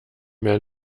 mehr